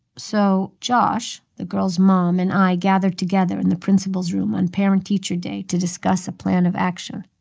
so josh, the girls' mom and i gathered together in the principal's room on parent-teacher day to discuss a plan of action.